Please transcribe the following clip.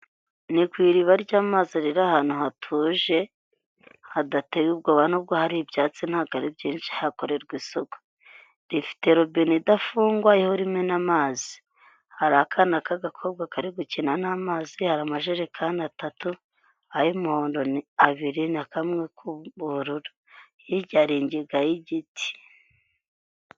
Ni ku iriba ry'amazi riri ahantu hatuje, hadateye ubwoba n'ubwo hari ibyatsi ntago ari byinshi hakorerwa isuku. Rifite robine idafungwa ihora imena amazi. Hari akana k'agakobwa kari gukina n'amazi, hari amajerekani atatu, ay'umuhondo ni abiri na kamwe k'ubururu. Hirya hari ingiga y'igiti.